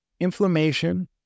Inflammation